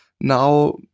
now